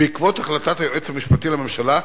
בעקבות החלטת היועץ המשפטי לממשלה,